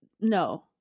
no